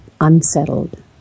unsettled